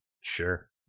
Sure